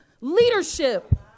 leadership